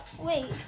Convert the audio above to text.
Wait